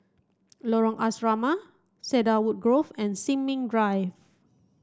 Lorong Asrama Cedarwood Grove and Sin Ming Drive